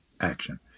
action